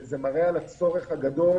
זה מראה על הצורך הגדול